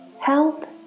help